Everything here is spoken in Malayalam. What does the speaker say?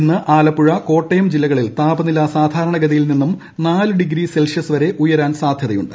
ഇന്ന് ആലപ്പുഴ കോട്ടയം ജില്ലകളിൽ താപനില സാധാരണഗതിയിൽ നിന്നും നാല് ഡിഗ്രി സെൽഷ്യസ് വരെ ഉയരാൻ സാധ്യതയുണ്ട്